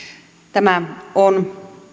tämä on